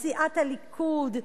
בסיעת הליכוד,